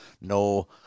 No